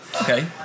Okay